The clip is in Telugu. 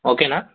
ఓకేనా